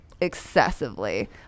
excessively